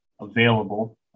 available